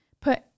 put